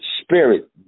spirit